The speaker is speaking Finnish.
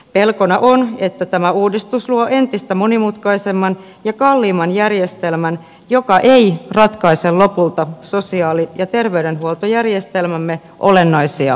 pelkona on että tämä uudistus luo entistä monimutkaisemman ja kalliimman järjestelmän joka ei ratkaise lopulta sosiaali ja terveydenhuoltojärjestelmämme olennaisia ongelmia